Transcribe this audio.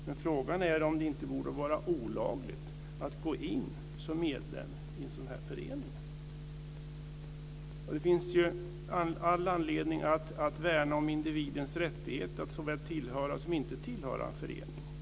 Men frågan är om det inte borde vara olagligt att gå in som medlem i en sådan här förening. Det finns all anledning att värna om individens rättighet att tillhöra respektive inte tillhöra en förening.